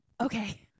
okay